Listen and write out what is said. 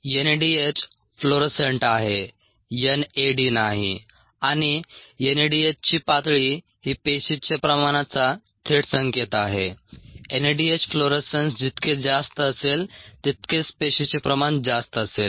NADH fluorescent आहे NAD नाही आणि एनएडीएचची पातळी ही पेशीच्या प्रमाणाचा थेट संकेत आहे एनएडीएच फ्लोरोसन्स जितके जास्त असेल तितकेच पेशीचे प्रमाण जास्त असेल